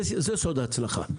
זה סוד ההצלחה.